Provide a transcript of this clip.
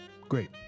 great